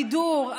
בידור,